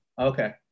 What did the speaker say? Okay